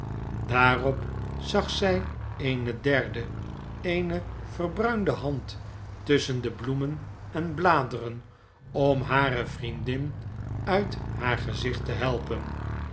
daarop zag zy eene derde eene verbruinde hand tusschen de bloemen en bladeren om hare vriendin uit haar gezicht te helpen